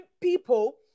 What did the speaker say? people